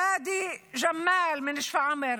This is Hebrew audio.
פאדי ג'מאל משפרעם,